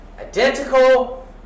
identical